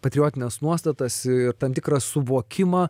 patriotines nuostatas tam tikrą suvokimą